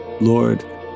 Lord